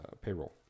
payroll